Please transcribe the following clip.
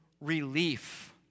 relief